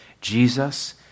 Jesus